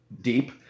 deep